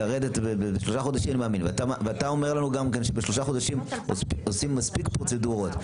ואתה אומר לנו שבשלושה חודשים עושים מספיק פרוצדורות.